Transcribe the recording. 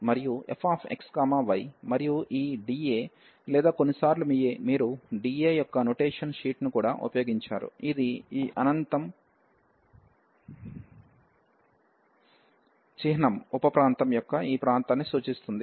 మరియు fx yమరియు ఈ dAలేదా కొన్నిసార్లు మీరు dA యొక్క నొటేషన్ షీట్ను కూడా ఉపయోగించారు ఇది ఈ అనంత చిహ్నం ఉప ప్రాంతం యొక్క ఈ ప్రాంతాన్ని సూచిస్తుంది